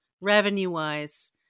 revenue-wise